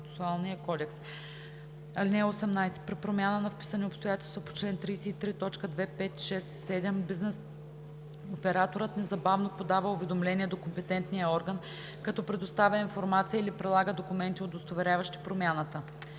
(8) При промяна на вписани обстоятелства по ал. 7, т. 2 – 7 бизнес операторът незабавно подава уведомление до компетентния орган, като предоставя информация или прилага документи, удостоверяващи промяната.